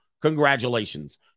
Congratulations